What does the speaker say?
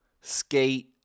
Skate